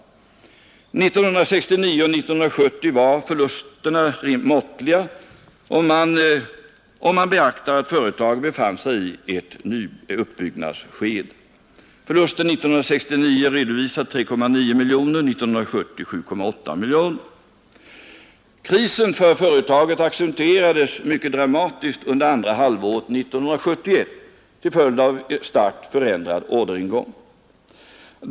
1969 och 1970 var förlusterna måttliga, om man beaktar att företaget befann sig i ett uppbyggnadsskede. Förlusten 1969 redovisas till 3,9 miljoner och förlusten 1970 till 7,8 miljoner. Krisen för företaget accentuerades mycket dramatiskt under andra halvåret 1971 till följd av en starkt förändrad orderingång.